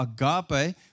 agape